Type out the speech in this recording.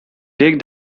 take